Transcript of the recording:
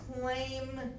claim